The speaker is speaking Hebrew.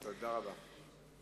תודה רבה.